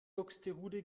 buxtehude